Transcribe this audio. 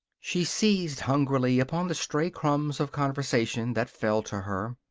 she seized hungrily upon the stray crumbs of conversation that fell to her.